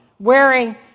Wearing